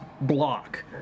block